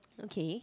okay